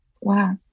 Wow